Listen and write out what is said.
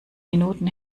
minuten